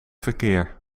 verkeer